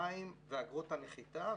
מים ואגרות הנחיתה,